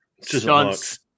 stunts